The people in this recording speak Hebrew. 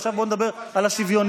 ועכשיו בוא נדבר על השוויוניות.